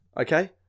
okay